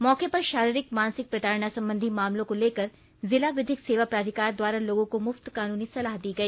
मौके पर शारीरिक मानसिक प्रताड़ना संबंधी मामलों को लेकर जिला विधिक सेवा प्राधिकार द्वारा लोगों को मुफ्त कानूनी सलाह दी गई